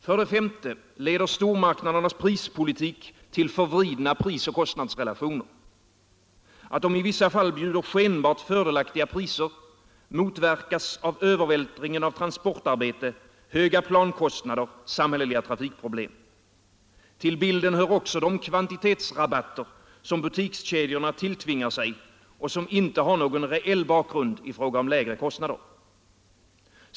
För det femte leder stormarknadernas prispolitik till förvridna prisoch kostnadsrelationer. Att stormarknaderna i vissa fall bjuder skenbart fördelaktiga priser motverkas av övervältringen av transportarbete, höga plankostnader, samhälleliga trafikproblem. Till bilden hör också de kvantitetsrabatter som butikskedjorna tilltvingar sig och som inte har någon reell bakgrund i fråga om lägre kostnader.